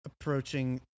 approaching